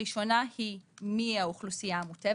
הראשונה, מי האוכלוסייה המוטבת?